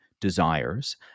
desires